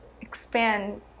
expand